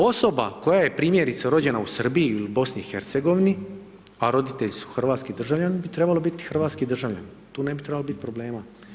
Osoba koja je primjerice rođena u Srbiji ili u BiH a roditelji su hrvatski državljani bi trebalo biti hrvatski državljanin, tu ne bi trebalo biti problema.